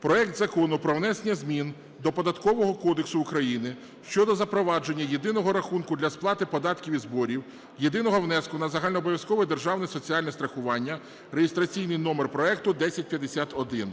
проект Закону про внесення змін до Податкового кодексу України щодо запровадження єдиного рахунку для сплати податків і зборів, єдиного внеску на загальнообов'язкове державне соціальне страхування (реєстраційний номер проекту 1051).